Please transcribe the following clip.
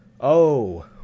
Oh